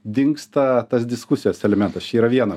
dingsta tas diskusijos elementas čia yra viena